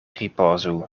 ripozu